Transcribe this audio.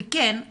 וכן,